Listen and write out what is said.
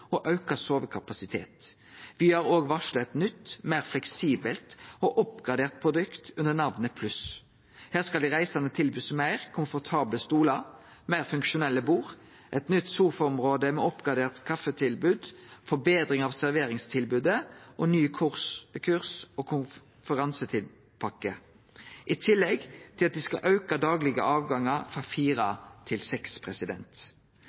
og auka sovekapasitet. Vy har òg varsla eit nytt, meir fleksibelt og oppgradert produkt under namnet Pluss. Her skal dei reisande bli tilbydde meir komfortable stolar, meir funksjonelle bord, eit nytt sofaområde med oppgradert kaffetilbod, forbetring av serveringstilbodet og ny kurs- og konferansepakke, i tillegg til at ein skal auke talet på daglege avgangar frå fire til seks.